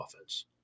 offense